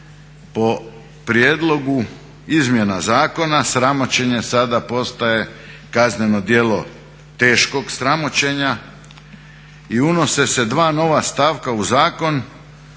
po prijedlogu izmjena zakona sramoćenje sada postaje kazneno djelo teškog sramoćenja i unose se dva nova stavka u zakon